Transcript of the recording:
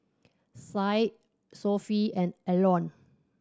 Said Sofea and Aaron